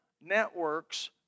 networks